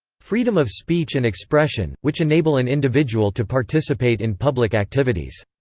freedom of speech and expression, which enable an individual to participate in public activities.